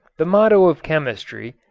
the motto of chemistry,